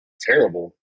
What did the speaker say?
terrible